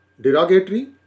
Derogatory